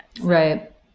Right